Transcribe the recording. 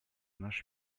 наш